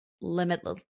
limitless